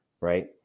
right